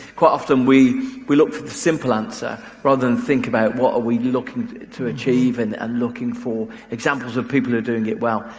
quite often, we we look for the simple answer, rather than think about what are we looking to achieve and and looking for examples of people doing it well.